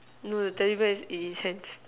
no the teddy bear is eighty cents